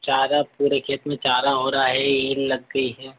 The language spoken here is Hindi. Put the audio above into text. चारा पूरे खेत में चारा हो रहा है ईल लग गई है